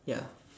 ya